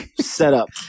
setup